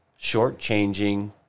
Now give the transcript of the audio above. shortchanging